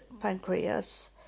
pancreas